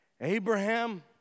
Abraham